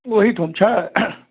ओहिठम छै